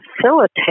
facilitate